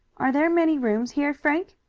are there many rooms here, frank?